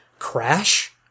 Crash